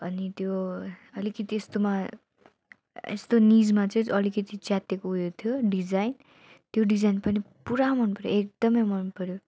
अनि त्यो अलिकति यस्तोमा यस्तो निजमा चाहिँ अलिकति च्यात्तिएको उयो थियो डिजाइन त्यो डिजाइन पनि पुरा मन पर्यो एकदमै मन पर्यो